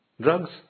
Drugs